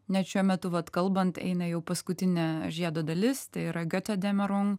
net šiuo metu vat kalbant eina jau paskutinė žiedo dalis tai yra agata demeron